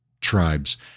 tribes